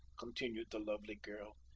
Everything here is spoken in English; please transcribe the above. continued the lovely girl,